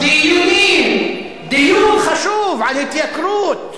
דיונים, דיון חשוב על התייקרות,